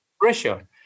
pressure